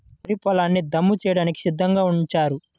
వరి పొలాల్ని దమ్ము చేయడానికి సిద్ధంగా ఉంచారు